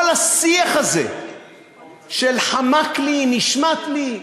כל השיח הזה של: חמק לי, נשמט לי.